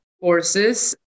forces